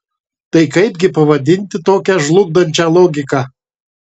tai kaipgi pavadinti tokią žlugdančią logiką